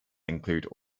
include